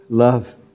love